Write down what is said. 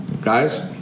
guys